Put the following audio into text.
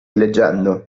leggendo